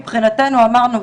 מבחינתנו אמרנו,